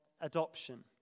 adoption